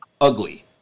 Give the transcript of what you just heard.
ugly